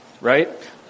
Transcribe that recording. right